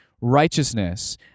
righteousness